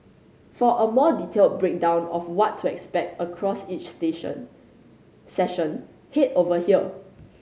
for a more detailed breakdown of what to expect across each station session head over here